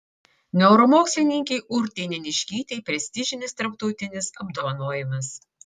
neuromokslininkei urtei neniškytei prestižinis tarptautinis apdovanojimas